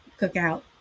cookout